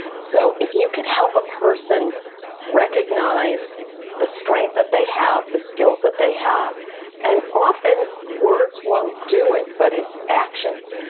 so if you could help a person recognize the strength that they have, the skills that they have and often words won't do it, but it's actions.